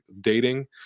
dating